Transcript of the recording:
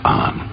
on